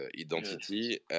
identity